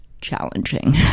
challenging